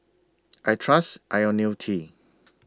I Trust Ionil T